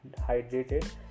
hydrated